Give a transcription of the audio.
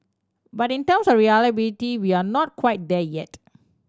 but in terms of reliability we are not quite there yet